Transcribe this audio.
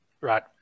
Right